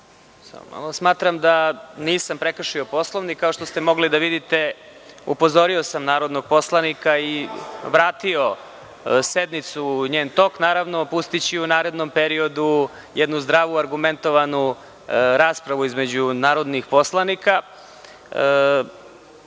Smatram da nisam prekršio Poslovnik. Kao što ste mogli da vidite, upozorio sam narodnog poslanika i vratio sednicu u njen tok, naravno, pustiću u narednom periodu jednu zdravu argumentovanu raspravu između narodnih poslanika. Po